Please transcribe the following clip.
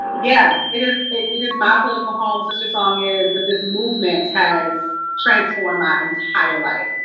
yeah. it is it is my political home. sistersong is. but this movement has transformed my entire life.